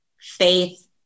faith